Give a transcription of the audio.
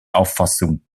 auffassung